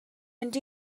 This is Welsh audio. mynd